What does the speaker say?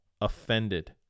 offended